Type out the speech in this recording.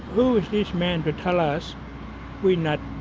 who is this man to tell us we're not